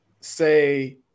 say